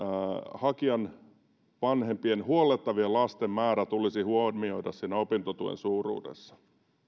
hakijan vanhempien huollettavien lasten määrä tulisi huomioida siinä opintotuen suuruudessa